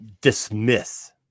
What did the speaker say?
dismiss